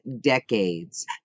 decades